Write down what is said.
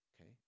okay